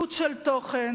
אחדות של תוכן,